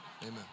amen